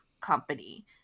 company